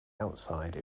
outside